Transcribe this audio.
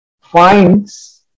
finds